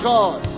God